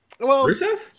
Rusev